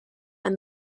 and